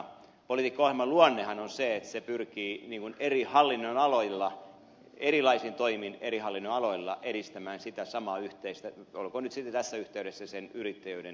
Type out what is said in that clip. politiikkaohjelman luonnehan on se että se pyrkii eri hallinnonaloilla erilaisin toimin eri hallinnonaloilla edistämään sitä samaa yhteistä olkoon nyt sitten tässä yhteydessä yrittäjyyden asiaa